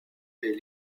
est